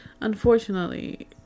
unfortunately